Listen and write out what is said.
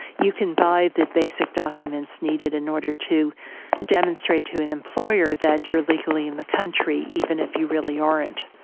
you can buy the basic documents needed in order to demonstrate to an employer that you're legally in the country, even if you really aren't.